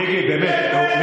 מיקי, באמת, נו.